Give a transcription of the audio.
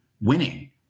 winning